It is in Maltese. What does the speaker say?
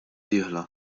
dieħla